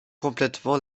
complètement